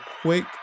quick